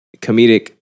Comedic